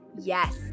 yes